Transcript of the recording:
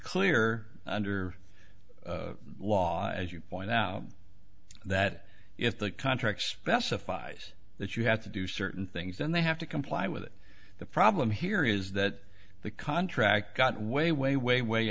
clear under the law as you point out that if the contract specifies that you have to do certain things and they have to comply with it the problem here is that the contract got way way way way